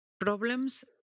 problems